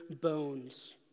bones